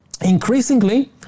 increasingly